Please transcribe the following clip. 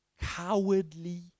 cowardly